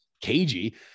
cagey